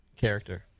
character